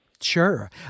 Sure